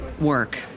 work